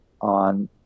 on